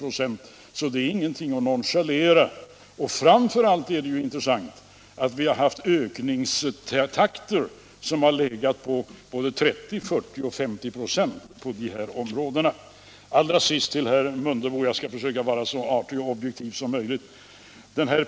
Exporten till u-länderna är alltså ingenting att nonchalera. Framför allt är det intressant att ökningstakten har legat på såväl 30 och 40 som Allra sist till herr Mundebo — jag skall försöka vara så artig och objektiv som möjligt!